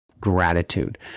gratitude